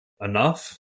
enough